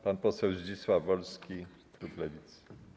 Pan poseł Zdzisław Wolski, klub Lewicy.